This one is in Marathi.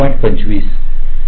05